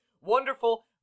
wonderful